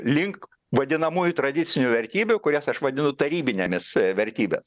link vadinamųjų tradicinių vertybių kurias aš vadinu tarybinėmis vertybes